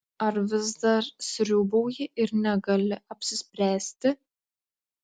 ar vis dar sriūbauji ir negali apsispręsti